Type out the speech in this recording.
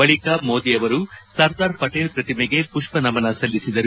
ಬಳಿಕ ಮೋದಿ ಅವರು ಸರ್ದಾರ್ ಪಟೇಲ್ ಪ್ರತಿಮೆಗೆ ಮಷ್ಪ ನಮನ ಸಲ್ಲಿಸಿದರು